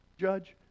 judge